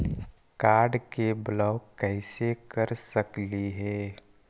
Card के block कैसे कर सकली हे?